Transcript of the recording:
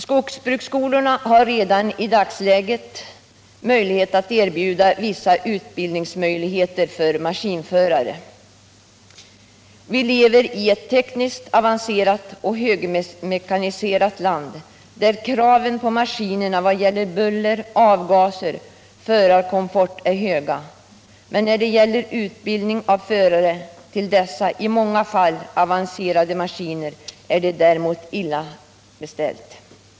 Skogsbruksskolorna har redan i dag möjlighet att erbjuda viss utbildning för maskinförare. Vi lever i ett tekniskt avancerat och högmekaniserat land där kraven på maskinerna vad gäller buller, avgaser och förarkomfort är höga. När det gäller utbildning av förare till dessa i många fall avancerade maskiner är det däremot illa beställt.